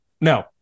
no